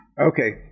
Okay